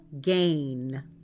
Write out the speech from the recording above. gain